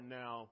now